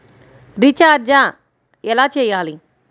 Recharge ఎలా చెయ్యాలి?